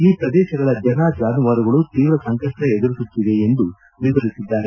ಈ ಪ್ರದೇಶಗಳ ಜನ ಜಾನುವಾರುಗಳು ತೀವ್ರ ಸಂಕಷ್ಟ ಎದುರಿಸುತ್ತಿವೆ ಎಂದು ವಿವರಿಸಿದ್ದಾರೆ